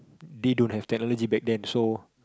they don't have technology back then so